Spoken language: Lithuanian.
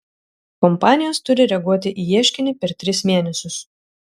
kompanijos turi reaguoti į ieškinį per tris mėnesius